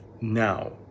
Now